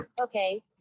Okay